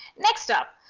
next up,